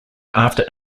after